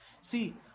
see